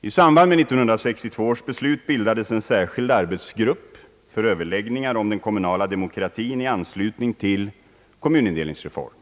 I samband med 1962 års beslut bildades en särskild arbetsgrupp för överläggningar om den kommunala demokratin i anslutning till kommunindelningsreformen.